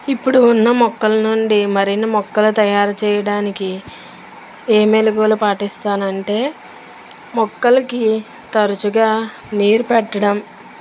ఇప్పుడు ఉన్న మొక్కల నుండి మరిన్ని మొక్కలు తయారు చేయడానికి ఏ మెళుకువలు పాటిస్తాను అంటే మొక్కలకి తరచుగా నీరు పెట్టడం